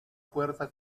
puerta